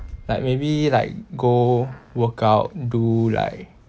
like maybe like go workout do like